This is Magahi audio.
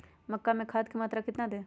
मक्का में खाद की मात्रा कितना दे?